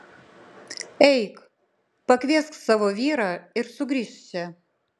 eik pakviesk savo vyrą ir sugrįžk čia